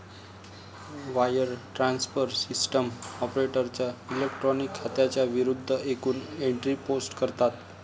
wire transfer system ऑपरेटरच्या electronic खात्यांच्या विरूद्ध एकूण एंट्री पोस्ट करतात